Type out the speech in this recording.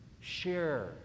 share